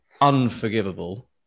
unforgivable